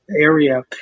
area